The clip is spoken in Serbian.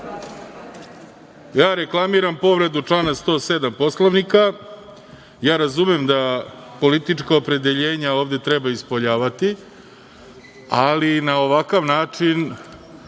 Reklamiram povredu člana 107. Poslovnika. Razumem da politička opredeljenja ovde treba ispoljavati, ali na ovakav način